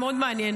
היה מאוד מעניין.